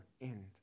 end